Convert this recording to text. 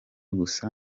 gusa